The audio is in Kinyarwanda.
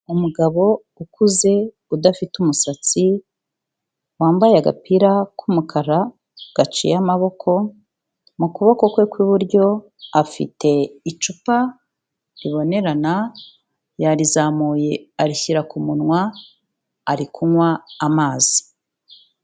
Umugabo ukuze udafite umusatsi, wambaye agapira k'umukara gaciye amaboko, mu kuboko kwe kw'iburyo afite icupa ribonerana yarizamuye arishyira ku munwa, ari kunywa amazi.